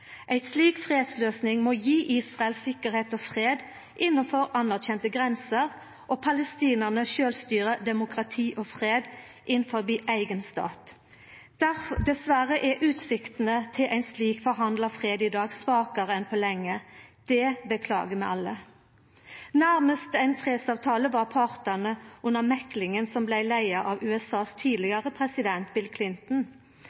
slik fredsløysing må gje Israel tryggleik og fred innanfor anerkjende grenser, og palestinarane sjølvstyre, demokrati og fred innanfor ein eigen stat. Dessverre er utsiktene til ein slik forhandla fred i dag svakare enn på lenge. Det beklagar vi alle. Nærmast ein fredsavtale var partane under meklinga som blei leia av USAs